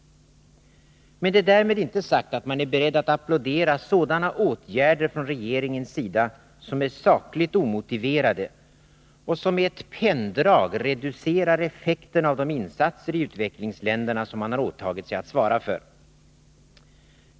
Men det är därmed inte sagt att man är beredd att applådera sådana åtgärder från regeringens sida som är sakligt omotiverade och som med ett penndrag reducerar effekten av de insatser i utvecklingsländerna som man har åtagit sig att svara för.